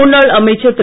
முன்னாள் அமைச்சர் திரு